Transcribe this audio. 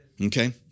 Okay